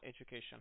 education